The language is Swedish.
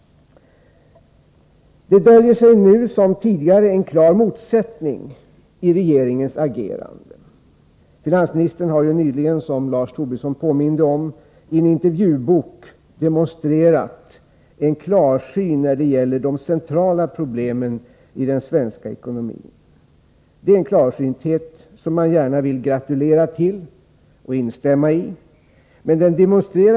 Det döljer sig nu liksom tidigare en klar motsättning i regeringens agerande. Finansministern har nyligen, som Lars Tobisson påminde om, i en intervjubok demonstrerat en klarsynthet när det gäller de centrala problemen i den svenska ekonomin. Det är en klarsynthet som man gärna vill gratulera till, och jag vill instämma i finansministerns synpunkter.